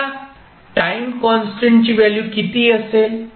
आता time constant ची value किती असेल